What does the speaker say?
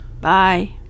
Bye